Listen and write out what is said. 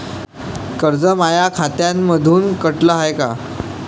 कर्ज माया खात्यामंधून कटलं हाय का?